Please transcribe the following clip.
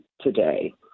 today